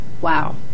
Wow